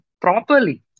properly